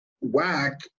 whack